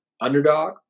underdog